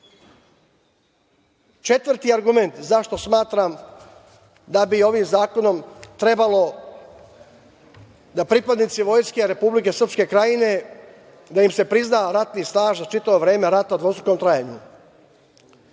rat. Četvrti argument zašto smatram da bi ovim zakonom trebalo da se pripadnicima vojske Republike Srpske Krajine prizna ratni staž za čitavo vreme rata u dvostrukom trajanju.